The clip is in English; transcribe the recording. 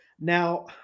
Now